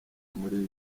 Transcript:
umulisa